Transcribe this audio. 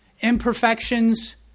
imperfections